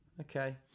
Okay